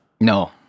No